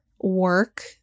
work